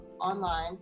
online